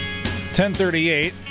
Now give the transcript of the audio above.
1038